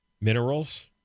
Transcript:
minerals